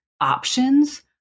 options